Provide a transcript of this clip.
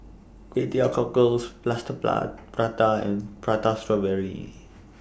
Kway Teow Cockles Plaster Plat Prata and Prata Strawberry